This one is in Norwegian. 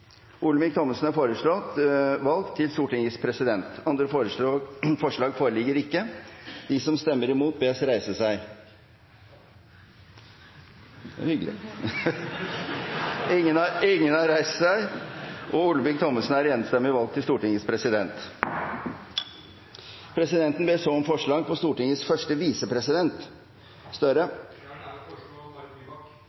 Olemic Thommessen. Olemic Thommessen er foreslått valgt til Stortingets president. – Andre forslag foreligger ikke. Presidenten ber så om forslag på Stortingets første visepresident. Jeg har den ære å foreslå Marit Nybakk.